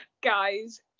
Guys